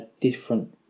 different